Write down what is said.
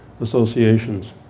associations